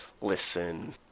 listen